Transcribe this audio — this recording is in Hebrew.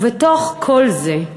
ובתוך כל זה,